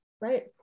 Right